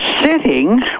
sitting